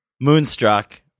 Moonstruck